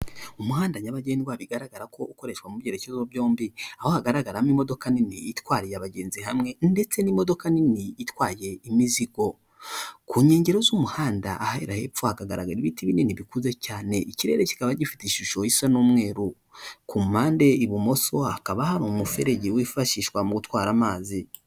Umuhanda nyabagendwara bigaragara ko ukoreshwa mu byerekezo byombi aho hagaragaramo imodoka nini itwariye abagenzi hamwe ndetse n'imodoka nini itwaye imizigo; ku nkengero z'umuhanda ahahera hepfo hakagaragara ibiti binini bikuze cyane ikirere kikaba gifite ishusho isa n'umweru ku mpande ibumoso hakaba hari umuferege wifashishwa mu gutwara amazi.